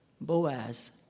Boaz